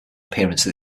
appearance